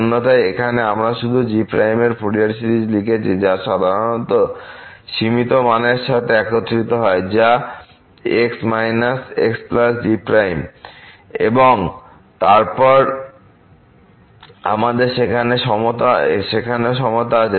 অন্যথায় এখানে আমরা শুধু g এর ফুরিয়ার সিরিজ লিখেছি যা সাধারণত সীমিত মানের সাথে একত্রিত হয় যা x xg এবং তারপর আমাদের সেখানেও সমতা আছে